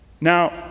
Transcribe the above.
Now